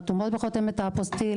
חתומות בחותמת האפוסטיל,